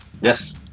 Yes